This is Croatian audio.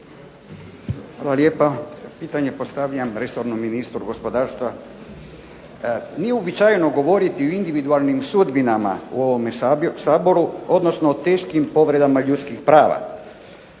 Hvala lijepa. Pitanje postavljam resornom ministru gospodarstva. Nije uobičajeno govoriti o individualnim sudbinama u ovome Saboru, odnosno teškim povredama ljudskih prava,